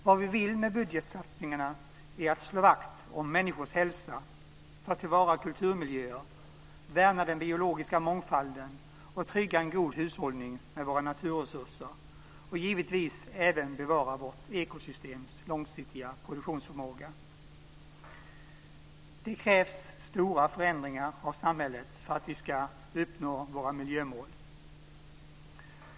Vad vi vill med budgetsatsningarna är att slå vakt om människors hälsa, ta till vara kulturmiljöer, värna den biologiska mångfalden, trygga en god hushållning med våra naturresurser och givetvis även bevara vårt ekosystems långsiktiga produktionsförmåga. Det krävs stora förändringar av samhället för att vi ska uppnå våra miljömål.